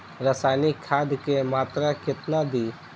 रसायनिक खाद के मात्रा केतना दी?